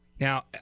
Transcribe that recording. Now